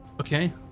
Okay